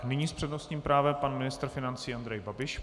Nyní s přednostním právem pan ministr financí Andrej Babiš.